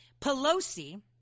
Pelosi